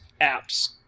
apps